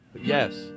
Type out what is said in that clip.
Yes